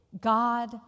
God